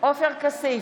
עופר כסיף,